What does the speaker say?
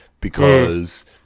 because-